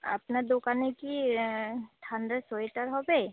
আপনার দোকানে কি ঠান্ডার সোয়েটার হবে